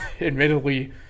admittedly